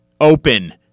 open